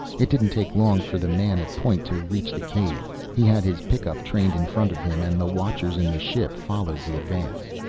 it didn't take long for the man at point to reach the cave. he had his pickup trained in front of him, and the watchers in the ship followed the advance.